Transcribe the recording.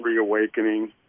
reawakening